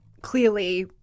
clearly